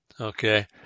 okay